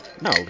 No